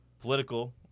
political